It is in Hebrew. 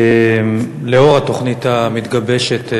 לאור התוכנית המתגבשת.